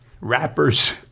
rappers